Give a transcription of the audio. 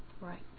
Right